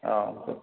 অঁ